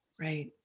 Right